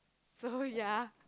no yea